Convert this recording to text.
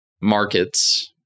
markets